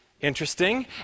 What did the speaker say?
interesting